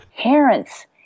parents